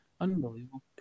unbelievable